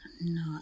No